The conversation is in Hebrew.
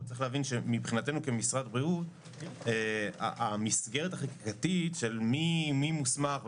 אבל צריך להבין שמבחינתנו כמשרד בריאות המסגרת החקיקתית של מי מוסמך,